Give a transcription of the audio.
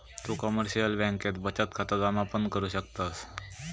तु कमर्शिअल बँकेत बचत खाता जमा पण करु शकतस